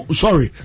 sorry